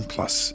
Plus